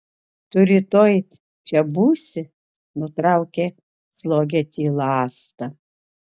tu rytoj čia būsi nutraukė slogią tylą asta